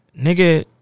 Nigga